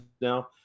now